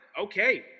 okay